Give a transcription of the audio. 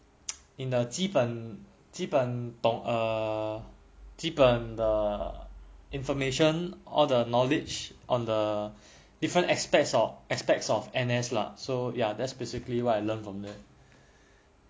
你的基本基本基本懂的 information or the knowledge on the different aspects of aspects of N_S lah so ya that's basically what I learn from them